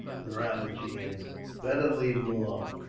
the ramajee answered. better leave him alone.